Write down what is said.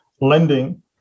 lending